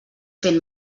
fent